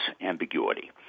ambiguity